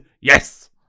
yes